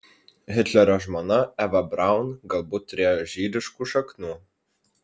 hitlerio žmona eva braun galbūt turėjo žydiškų šaknų